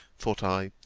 thought i,